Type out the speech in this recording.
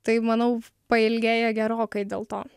tai manau pailgėja gerokai dėl to